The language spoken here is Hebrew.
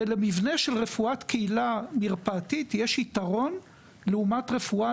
למבנה של רפואת קהילה מרפאתית יש יתרון לעומת רפואה,